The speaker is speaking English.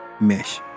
mesh